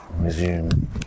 resume